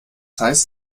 heißt